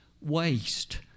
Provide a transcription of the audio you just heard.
waste